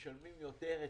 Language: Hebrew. משלמים יותר היטלים.